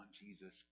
Jesus